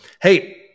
Hey